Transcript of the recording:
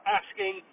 asking